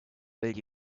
will